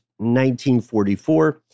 1944